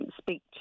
speak